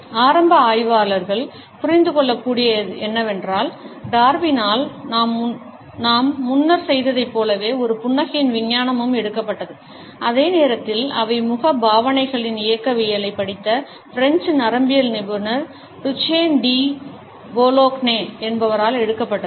ஆரம்ப ஆய்வாளர்கள் புரிந்துகொள்ளக்கூடியது என்னவென்றால் டார்வினால் நாம் முன்னர் செய்ததைப் போலவே ஒரு புன்னகையின் விஞ்ஞானமும் எடுக்கப்பட்டது அதே நேரத்தில் அவை முகபாவனைகளின் இயக்கவியலைப் படித்த பிரெஞ்சு நரம்பியல் நிபுணர் டுச்சேன் டி போலோக்னே என்பவரால் எடுக்கப்பட்டது